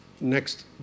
next